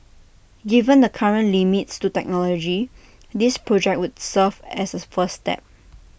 given the current limits to technology this project would serve as A first step